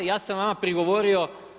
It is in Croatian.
Ja sam vama prigovorio.